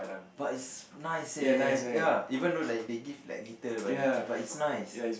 but is nice eh ya even though like they like give little by little but it's nice